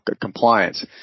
compliance